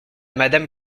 madame